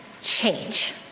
change